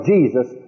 Jesus